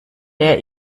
der